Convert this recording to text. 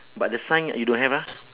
but the sign ah you don't have ah